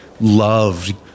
loved